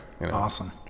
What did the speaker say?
Awesome